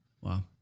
Wow